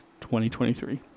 2023